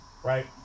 Right